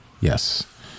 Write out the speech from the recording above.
Yes